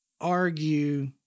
Argue